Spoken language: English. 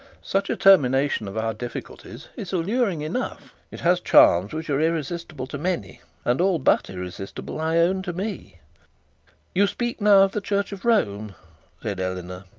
such a termination of our difficulties is alluring enough. it has charms which are irresistible to many, and all but irresistible, i own, to me you speak now of the church of rome said eleanor.